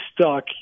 stuck